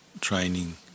training